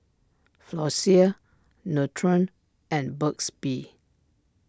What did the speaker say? Floxia Nutren and Burt's Bee